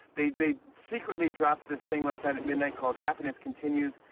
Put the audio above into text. they they secretly dropped this thing last night at midnight called happiness continues.